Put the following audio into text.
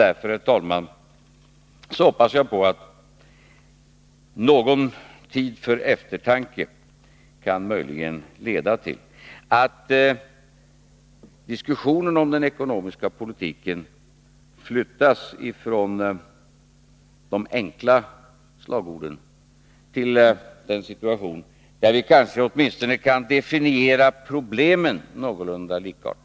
Därför, herr talman, hoppas jag att någon tid för eftertanke möjligen kan leda till att diskussionen om den ekonomiska politiken flyttas från de enkla slagorden till den situation där vi kanske åtminstone kan definiera problemen någorlunda likartat.